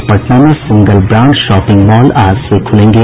और पटना में single brand shopping mall आज से खूलेंगे